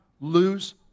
lose